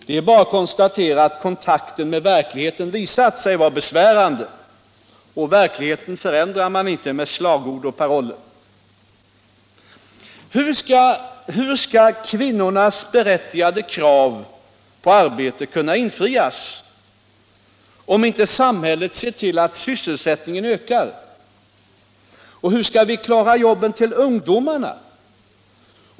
Det är bara att konstatera att kontakten med verkligheten visat sig vara besvärande. Verkligheten förändrar man inte med slagord och paroller. Hur skall kvinnornas berättigade krav på arbete kunna infrias, om inte samhället ser till att sysselsättningen ökar? Hur skall vi klara jobb till ungdomarna?